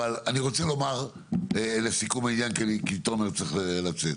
אבל אני רוצה לומר לסיכום העניין כי תומר צריך לצאת.